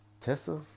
Tessa